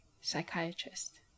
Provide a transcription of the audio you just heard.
psychiatrist